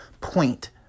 point